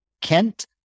kent